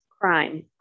crime